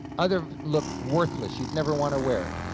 others look worthless, you'd never want to wear it.